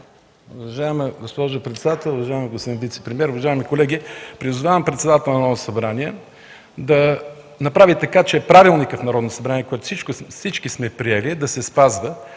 Уважаема госпожо председател, уважаеми господин вицепремиер, уважаеми колеги! Призовавам председателят на Народното събрание да направи така, че Правилникът на Народното събрание, който всички сме приели, да се спазва.